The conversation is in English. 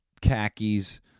khakis